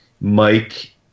Mike